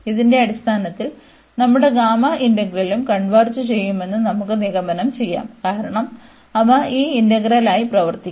ഇതിന്റെ അടിസ്ഥാനത്തിൽ നമ്മുടെ ഗാമാ ഇന്റഗ്രലും കൺവെർജ് ചെയ്യുമെന്ന് നമുക്ക് നിഗമനം ചെയ്യാം കാരണം അവ ഈ ഇന്റഗ്രലായി പ്രവർത്തിക്കും